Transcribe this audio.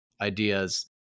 ideas